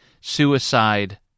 suicide